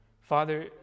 Father